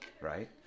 right